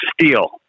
steel